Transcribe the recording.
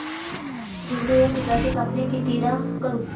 झेंडू या पिकाची कापनी कितीदा करू?